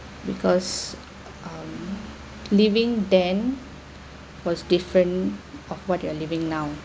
because um living then was different of what you are living now